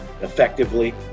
effectively